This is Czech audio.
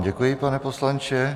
Děkuji vám, pane poslanče.